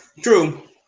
True